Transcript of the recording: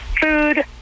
food